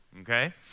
Okay